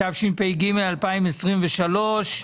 התשפ"ג-2023,